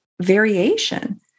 variation